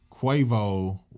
Quavo